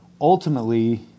ultimately